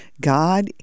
God